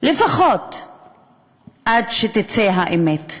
לפחות עד שתצא האמת.